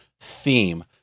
theme